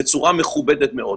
בצורה מכובדת מאוד.